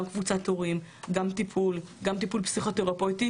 גם קבוצת הורים, גם טיפול, גם טיפול פסיכותרפויטי.